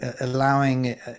allowing